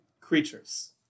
creatures